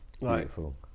Beautiful